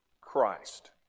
Christ